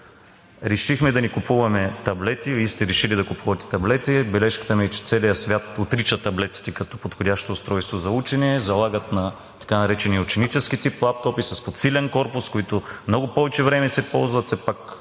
Решихме да не купуваме таблети. Вие сте решили да купувате таблети. Бележката ми е, че целият свят отрича таблетите като подходящо устройство за учене. Залагат на така наречения ученически тип лаптопи, с подсилен корпус, които много повече време се ползват, все пак